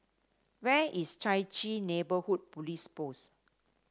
where is Chai Chee Neighbourhood Police Post